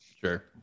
Sure